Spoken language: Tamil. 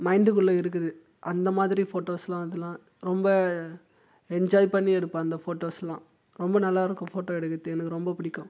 மைண்டுக்குள்ளே இருக்குது அந்த மாதிரி ஃபோட்டோஸெல்லாம் அதெல்லாம் ரொம்ப என்ஜாய் பண்ணி எடுப்பேன் அந்த ஃபோட்டோஸெல்லாம் ரொம்ப நல்லா இருக்கும் ஃபோட்டோ எடுக்கிறது எனக்கு ரொம்ப பிடிக்கும்